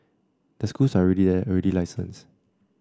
the schools are already there already licensed